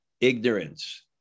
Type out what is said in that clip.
ignorance